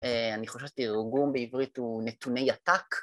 ‫אני חושב שתירגום בעברית ‫הוא נתוני עתק.